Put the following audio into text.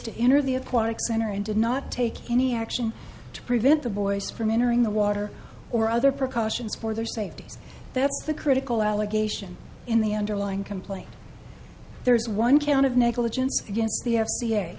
to enter the aquatic center and did not take any action to prevent the boys from entering the water or other precautions for their safety that's the critical allegation in the underlying complaint there is one count of negligence against the